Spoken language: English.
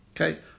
Okay